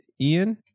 Ian